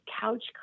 couch